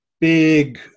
big